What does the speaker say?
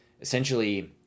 essentially